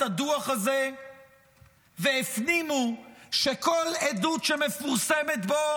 הדוח הזה והפנימו שכל עדות שמפורסמת בו